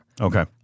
Okay